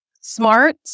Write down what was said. smart